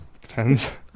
Depends